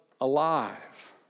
alive